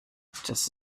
just